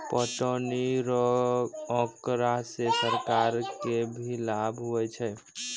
पटौनी रो आँकड़ा से सरकार के भी लाभ हुवै छै